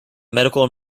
medical